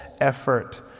effort